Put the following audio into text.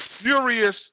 furious